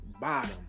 bottom